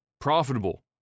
profitable